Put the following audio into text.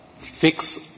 fix